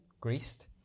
greased